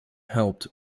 helped